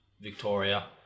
Victoria